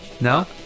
No